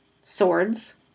swords